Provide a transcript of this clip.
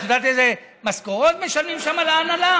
את יודעת איזה משכורות משלמים שם להנהלה?